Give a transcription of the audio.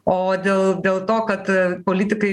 o dėl dėl to kad politikai